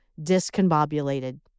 discombobulated